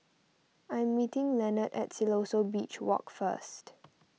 I am meeting Lenard at Siloso Beach Walk first